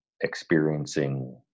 experiencing